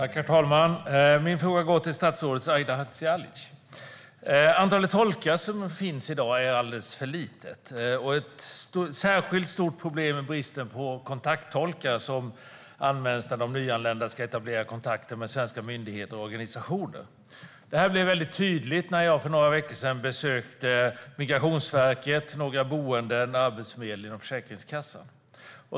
Herr talman! Min fråga går till statsrådet Aida Hadzialic. Antalet tolkar är i dag alldeles för litet. Ett särskilt stort problem är bristen på kontakttolkar som används när nyanlända ska etablera kontakter med svenska myndigheter och organisationer. Detta blev väldigt tydligt när jag för några veckor sedan besökte Migrationsverket, några boenden, Arbetsförmedlingen och Försäkringskassan.